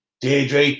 Deirdre